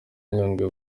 nyungwe